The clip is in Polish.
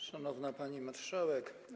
Szanowna Pani Marszałek!